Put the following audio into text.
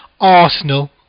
Arsenal